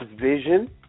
vision